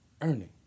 earning